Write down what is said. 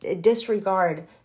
disregard